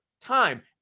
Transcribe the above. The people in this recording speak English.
time